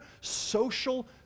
social